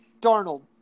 Darnold